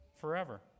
forever